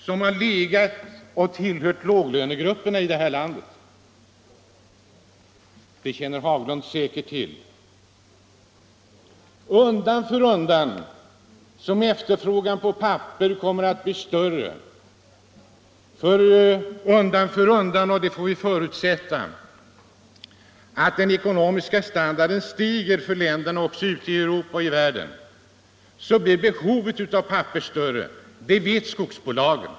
Arbetarna i den har tillhört låglönegrupperna i detta land, det känner herr Haglund säkert till. Vi får förutsätta att den ekonomiska standarden kommer att stiga i länderna i Europa och i världen i övrigt, och därmed kommer behovet av papper att bli större. Det vet skogsbolagen.